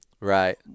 right